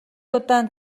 удаан